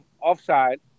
offside